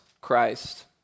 Christ